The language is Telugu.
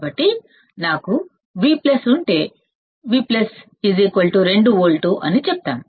కాబట్టి ఒకవేళ నా వద్ద V ఉంటే V 2 వోల్ట్స్ అనుకుందాం V 1 వోల్ట్ అనుకుందాం